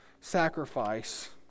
sacrifice